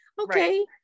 okay